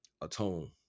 Atone